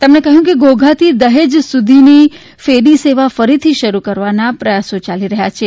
તેમણે કહ્યું કે ઘોઘાથી દહેજ સુધીને ફેરી સેવા ફરીથી શરૂ કરવાના પ્રયાસો યાલી રહ્યા છે